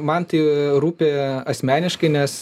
man tai rūpi asmeniškai nes